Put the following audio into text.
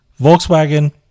Volkswagen